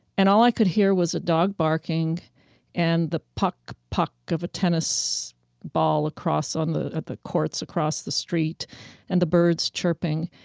and all i could hear was a dog barking barking and the pock-pock of a tennis ball across on the at the courts across the street and the birds chirping.